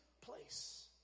place